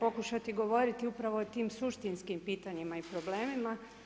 pokušati govoriti upravo o tim suštinskim pitanjima i problemima.